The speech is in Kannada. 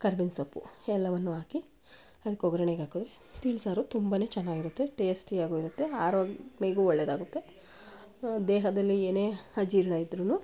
ಕರ್ಬೇವಿನ ಸೊಪ್ಪು ಎಲ್ಲವನ್ನೂ ಹಾಕಿ ಅದಕ್ಕೆ ಒಗ್ಗರಣೆಗೆ ಹಾಕಿದ್ರೆ ತಿಳಿಸಾರು ತುಂಬನೇ ಚೆನ್ನಾಗಿರುತ್ತೆ ಟೇಸ್ಟಿಯಾಗೂ ಇರುತ್ತೆ ಆರೋ ಮೈಗೂ ಒಳ್ಳೆಯದಾಗುತ್ತೆ ದೇಹದಲ್ಲಿ ಏನೇ ಅಜೀರ್ಣ ಇದ್ದರೂನು